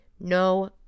No